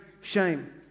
shame